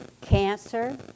cancer